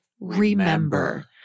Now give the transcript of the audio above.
remember